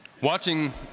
Watching